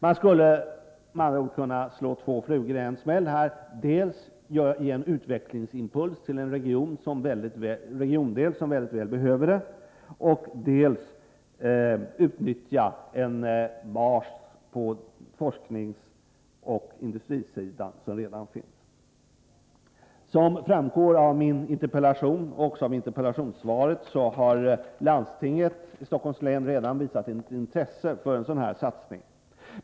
Man skulle med andra ord kunna slå två flugor i en smäll: dels ge en utvecklingsimpuls till en region som mycket väl behöver en sådan, dels utnyttja den bas på forskningsoch industrisidan som redan finns. Som framgår av min interpellation och av interpellationssvaret har landstinget i Stockholms län visat intresse för denna satsning.